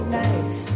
nice